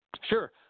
Sure